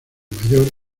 mayor